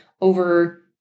over